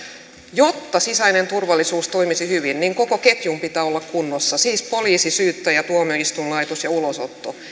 jotta sisäinen turvallisuus toimisi hyvin niin koko ketjun pitää olla kunnossa siis poliisin syyttäjän tuomioistuinlaitoksen ja ulosoton